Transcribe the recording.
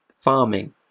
farming